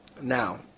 Now